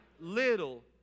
little